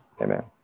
amen